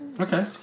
okay